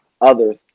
others